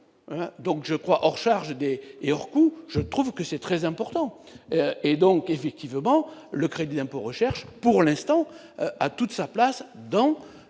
donc je crois hors charges et hors coûts je trouve que c'est très important et donc effectivement le crédit impôt recherche, pour l'instant, a toute sa place dans